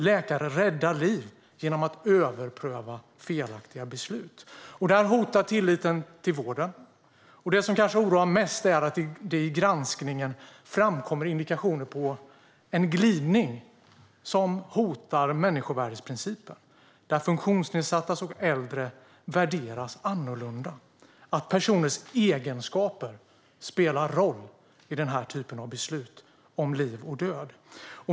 Läkare räddar liv genom att överpröva felaktiga beslut. Det här hotar tilliten till vården. Det som kanske oroar mest är att det i granskningen framkommer indikationer på en glidning som hotar människovärdesprincipen, och funktionsnedsatta och äldre värderas annorlunda. Personers egenskaper spelar roll i den här typen av beslut om liv och död.